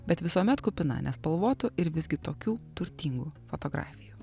bet visuomet kupina nespalvotų ir visgi tokių turtingų fotografijų